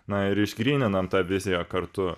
na ir išgryninam tą viziją kartu